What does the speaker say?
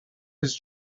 his